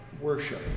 worship